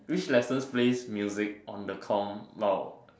which lessons plays music on the come law